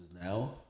now